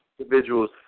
individuals